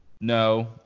No